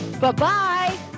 Bye-bye